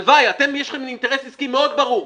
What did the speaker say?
עם כל הכבוד, יש לכם אינטרס עסקי מאוד ברור.